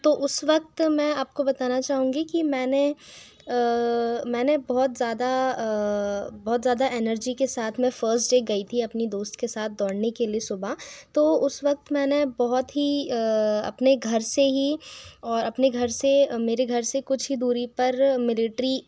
तो उस वक्त मैं आपको बताना चाहूँगी कि मैंने मैंने बहुत ज़्यादा बहुत ज़्यादा एनर्जी के साथ में फर्स्ट डे गई थी अपनी दोस्त के साथ दौड़ने के लिए सुबह तो उस वक्त मैंने बहुत ही अपने घर से ही और अपने घर से मेरे घर से कुछ ही दूरी पर मिलिट्री